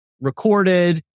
recorded